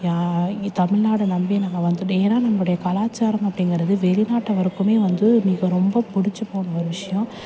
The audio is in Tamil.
யா தமிழ்நாட நம்பி நம்ம வந்துவிட்டோம் ஏன்னால் நம்முடைய கலாச்சாரம் அப்படிங்கறது வெளிநாட்டவருக்குமே வந்து மிக ரொம்ப பிடிச்சிபோன ஒரு விஷயம்